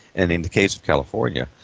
and in the case of california,